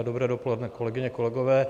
Dobré dopoledne, kolegyně, kolegové.